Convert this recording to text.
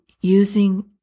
using